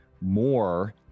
more